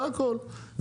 זה הכל.